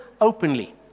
openly